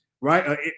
right